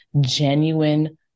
genuine